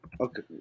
Okay